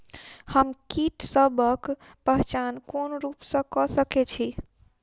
हम कीटसबक पहचान कोन रूप सँ क सके छी?